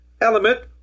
element